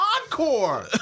encore